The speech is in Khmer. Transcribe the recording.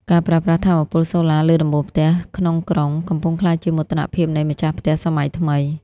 ការប្រើប្រាស់ "ថាមពលសូឡាលើដំបូលផ្ទះ" ក្នុងក្រុង កំពុងក្លាយជាមោទនភាពនៃម្ចាស់ផ្ទះសម័យថ្មី។